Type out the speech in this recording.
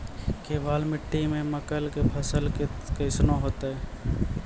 केवाल मिट्टी मे मकई के फ़सल कैसनौ होईतै?